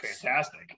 Fantastic